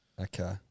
Okay